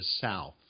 south